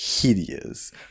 hideous